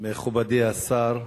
מכובדי השר,